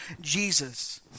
Jesus